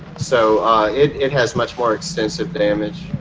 so it it has much more extensive damage.